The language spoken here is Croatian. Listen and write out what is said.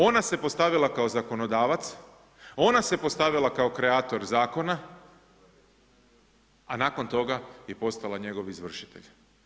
Ona se postavila kao zakonodavac, ona se postavila kao kreator zakona, a nakon toga je postala njegov izvršitelj.